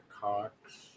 Cox